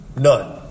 None